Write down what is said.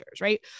right